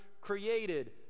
created